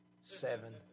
seven